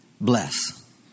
Bless